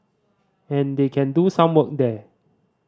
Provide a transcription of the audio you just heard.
and they can do some work there